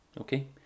okay